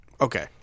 Okay